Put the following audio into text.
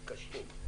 שהם קשים,